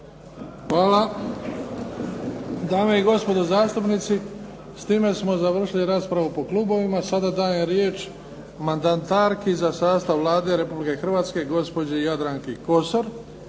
Hvala. Dame i gospodo zastupnici, s time smo završili raspravu po klubovima. Sada dajem riječ mandatarki za sastav Vlade Republike Hrvatske, gospođi Jadranki Kosor.